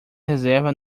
reserva